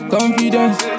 Confidence